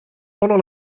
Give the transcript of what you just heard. pendant